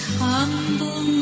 humble